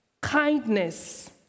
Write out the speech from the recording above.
kindness